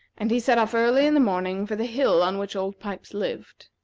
and he set off early in the morning for the hill on which old pipes lived.